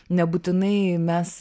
nebūtinai mes